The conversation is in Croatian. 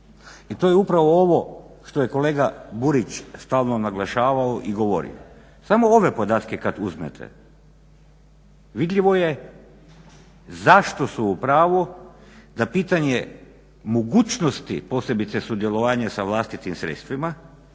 I to je upravo ovo što je kolega Burić stalno naglašavao i govorio. Samo ove podatke kad uzmete vidljivo je zašto su u pravu da pitanje mogućnosti posebice sudjelovanja sa vlastitim sredstvima